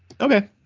Okay